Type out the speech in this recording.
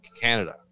Canada